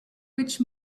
which